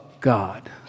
God